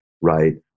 right